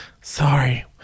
Sorry